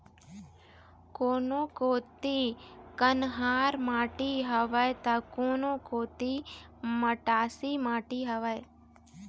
कोनो कोती कन्हार माटी हवय त, कोनो कोती मटासी माटी हवय